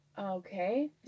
Okay